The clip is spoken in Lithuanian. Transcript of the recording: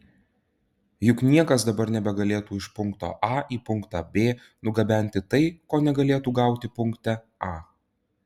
juk niekas dabar nebegalėtų iš punkto a į punktą b nugabenti tai ko negalėtų gauti punkte a